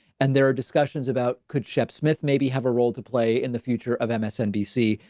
and there are discussions about, could shep, smith maybe have a role to play in the future of msnbc?